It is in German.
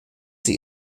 sie